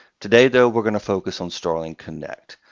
today, though, we're going to focus on starling connect,